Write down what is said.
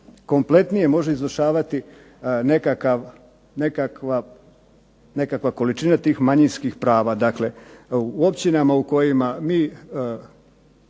najkompletnije može izvršavati nekakva količina tih manjinskih prava. Dakle, u općinama u kojima mi